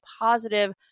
positive